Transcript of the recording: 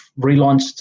relaunched